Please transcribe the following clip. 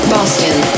Boston